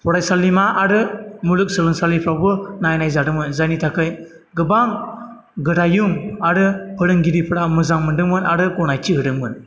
फरायसालिमा आरो मुलुगसोलोंसालिफ्रावबो नायनाय जादोंमोन जायनि थाखाय गोबां गोरायुं आरो फोरोंगिरिफ्रा मोजां मोनदोंंमोन आरो गनायथि होदोंमोन